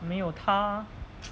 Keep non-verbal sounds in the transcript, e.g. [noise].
没有他 [noise]